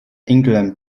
england